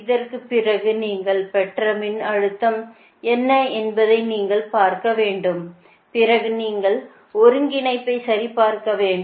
இதற்குப் பிறகு நீங்கள் பெற்ற மின்னழுத்தம் என்ன என்பதை நீங்கள் பார்க்க வேண்டும் பிறகு நீங்கள் ஒருங்கிணைப்பைச் சரிபார்க்க வேண்டும்